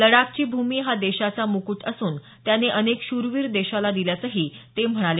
लडाखची भूमी हा देशाचा मुकुट असून त्याने अनेक शूरवीर देशाला दिल्याचंही ते म्हणाले